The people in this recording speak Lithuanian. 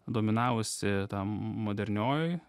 dominavusi tam mm modernioj